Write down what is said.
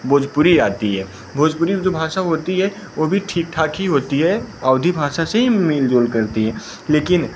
भोजपुरी आती है भोजपुरी में जो भाषा होती है वह भी ठीक ठाक ही होती है अवधी भाषा से ही मेल जोल करती है लेकिन